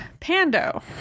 Pando